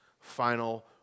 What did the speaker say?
final